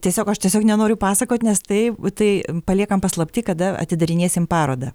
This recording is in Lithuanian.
tiesiog aš tiesiog nenoriu pasakot nes tai tai paliekam paslapty kada atidarinėsim parodą